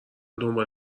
دنبال